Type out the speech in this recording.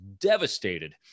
devastated